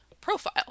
profile